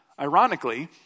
Ironically